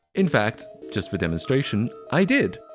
in fact, just for demonstration, i did!